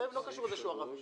-- לא קשור לזה שהוא ערבי,